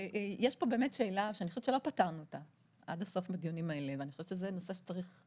אבל יש פה שאלה שאני חושבת שלא פתרנו אותה עד הסוף בדיונים האלה: על מה